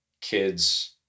kids